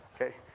Okay